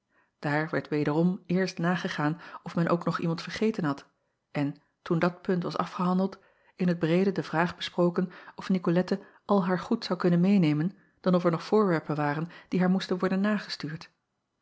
aar werd wederom eerst nagegaan of men ook nog iemand vergeten had en toen dat punt was afgehandeld in t breede de vraag besproken of icolette al haar goed zou kunnen meênemen dan of er nog voorwerpen waren die haar moesten worden